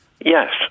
Yes